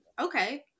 okay